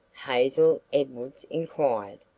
hazel edwards inquired.